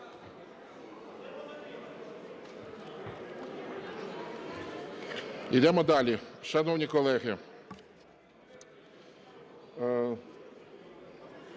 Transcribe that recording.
Ідемо далі. Шановні колеги,